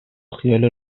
خیال